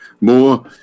more